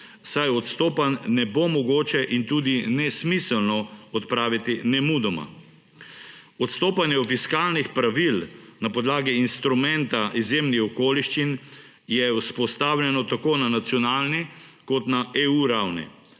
saj odstopanj ne bo mogoče in jih bo tudi nesmiselno odpraviti nemudoma. Odstopanje od fiskalnih pravil na podlagi instrumenta izjemnih okoliščin je vzpostavljeno tako na nacionalni ravni kot na ravni